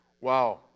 wow